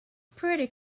pretty